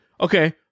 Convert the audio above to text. okay